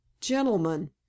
gentlemen